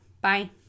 Bye